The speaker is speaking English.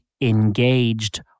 engaged